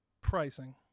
pricing